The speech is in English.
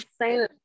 insane